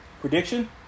Prediction